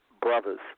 brothers